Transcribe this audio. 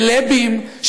סלבים,